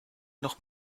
noch